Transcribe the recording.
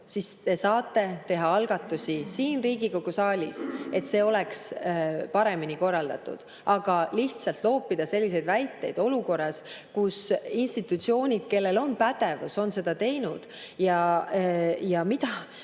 siis te saate siin Riigikogu saalis teha algatusi, et see oleks paremini korraldatud. Aga lihtsalt loopida selliseid väiteid olukorras, kus institutsioonid, kellel on pädevus, on seda teinud ja